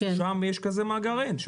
יש כאלה מאגרים.